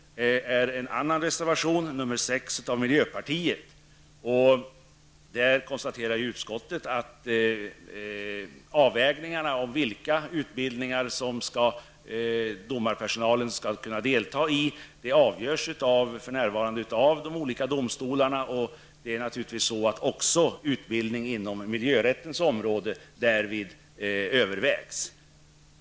Utskottet konstaterar att det för närvarande är domstolarna som gör avvägningar i fråga om de utbildningar som domarpersonalen skall kunna delta i. Naturligtvis övervägs därvid också utbildningen på miljörättens områdde.